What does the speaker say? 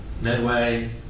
Medway